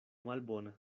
malbona